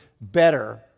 better